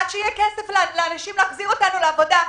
עד שיהיה כסף להחזיר אותנו לעבודה,